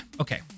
Okay